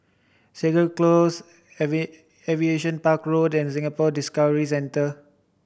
Segar Close Aviation Park Road and Singapore Discovery Centre